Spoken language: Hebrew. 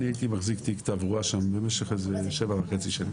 אני הייתי מחזיק תיק תברואה שם במשך איזה 7.5 שנים,